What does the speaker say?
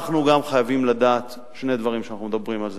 אנחנו גם חייבים לדעת שני דברים כשאנחנו מדברים על זה: